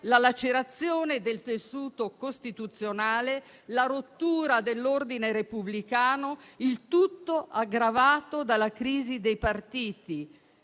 la lacerazione del tessuto costituzionale e la rottura dell'ordine repubblicano; il tutto aggravato dalla crisi dei partiti.